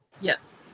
Yes